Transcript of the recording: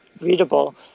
readable